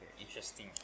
Interesting